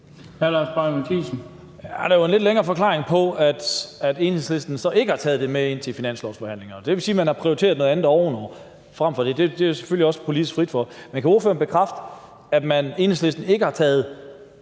Lars Boje Mathiesen (NB): Det var en lidt længere forklaring på, at Enhedslisten så ikke har taget det med ind til finanslovsforhandlingerne, og det vil sige, at man har prioriteret noget andet frem for det, og det står selvfølgelig også en frit for politisk. Men kan ordføreren bekræfte, at Enhedslisten ikke har taget